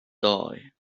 die